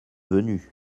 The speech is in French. venu